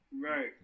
Right